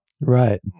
Right